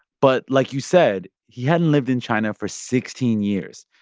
but, like you said, he hadn't lived in china for sixteen years.